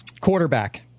Quarterback